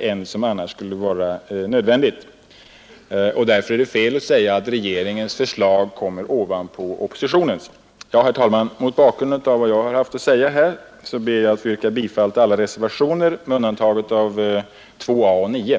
än som annars skulle vara nödvändigt. Därför är det fel att säga att regeringens förslag kommer ovanpå oppositionens. Herr talman! Mot bakgrund av vad jag här haft att säga yrkar jag bifall till reservationerna 1, 2 b, 3, 4, 5, 6, 7, 8, 10, 11, 12, 13, 14, 15 och 16 vid finansutskottets betänkande nr 47.